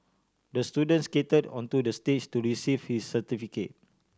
the student skated onto the stage to receive his certificate